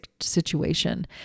situation